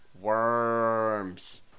Worms